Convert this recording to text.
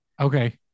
okay